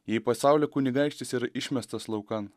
jei pasaulio kunigaikštis yra išmestas laukan